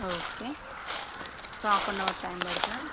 okay so half an hour time పడుతుందా